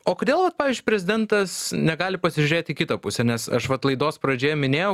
o kodėl vat pavyzdžiui prezidentas negali pasižiūrėt į kitą pusę nes aš vat laidos pradžioje minėjau